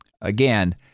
Again